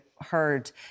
heard